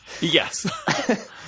Yes